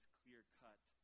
clear-cut